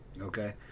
Okay